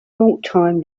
longtime